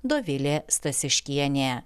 dovilė stasiškienė